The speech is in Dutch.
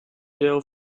deel